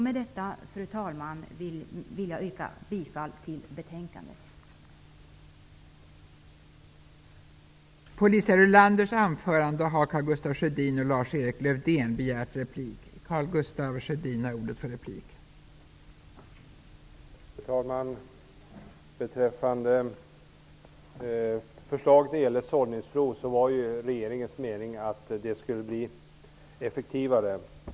Med detta, fru talman, vill jag yrka bifall till utskottets hemställan.